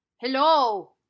hello